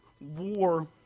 war